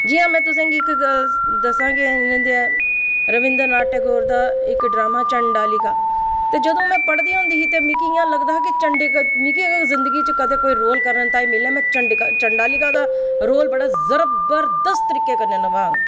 जि'यां में तुसेंगी इक्क दस्सां के रविंद्रनाथ दा इक्क ड्रामां चंडालिका ते जदूं में पढ़दी होंदी ही ते मिगी इ'यां लगदा हा कि मिगी कदें जिंदगी च कोई रोल करने गी मिलै तां चंडालिका दा रोल बड़े जबरदस्त तरीके कन्नै नभाङ